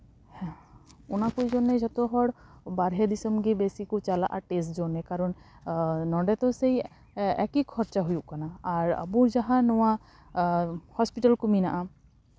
ᱚᱱᱟ ᱠᱚ ᱡᱚᱱᱱᱮ ᱡᱚᱛᱚᱦᱚᱲ ᱵᱟᱦᱨᱮ ᱫᱤᱥᱚᱢᱜᱮ ᱵᱮᱥᱤ ᱠᱚ ᱪᱟᱞᱟᱜᱼᱟ ᱴᱮᱥᱴ ᱡᱚᱱᱱᱮ ᱠᱟᱨᱚᱱ ᱱᱚᱰᱮ ᱫᱚ ᱥᱮᱭ ᱮᱠᱤ ᱠᱷᱚᱨᱪᱟ ᱦᱩᱭᱩᱜ ᱠᱟᱱᱟ ᱟᱨ ᱟᱵᱚ ᱡᱟᱦᱟᱸ ᱱᱚᱣᱟ ᱦᱚᱥᱯᱤᱴᱟᱞ ᱠᱚ ᱢᱮᱱᱟᱜᱼᱟ